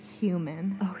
human